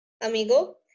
Amigo